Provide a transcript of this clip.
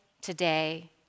today